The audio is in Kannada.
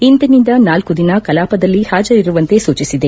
ಇಂದಿನಿಂದ ನಾಲ್ಕು ದಿನ ಕಲಾಪದಲ್ಲಿ ಹಾಜರಿರುವಂತೆ ಸೂಚಿಸಿದೆ